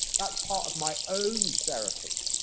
that's part of my own therapy.